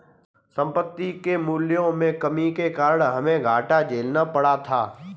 संपत्ति के मूल्यों में कमी के कारण हमे घाटा झेलना पड़ा था